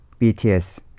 BTS